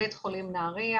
בית חולים נהריה,